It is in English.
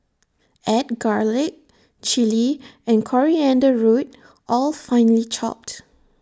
add garlic Chilli and coriander root all finely chopped